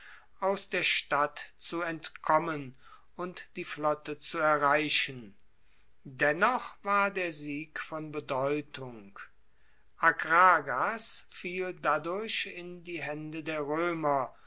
aus der stadt zu entkommen und die flotte zu erreichen dennoch war der sieg von bedeutung akragas fiel dadurch in die haende der roemer